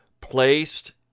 placed